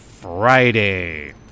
Friday